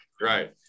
Right